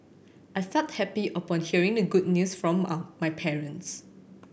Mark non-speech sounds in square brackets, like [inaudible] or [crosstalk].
I felt happy upon hearing the good news from [unintelligible] my parents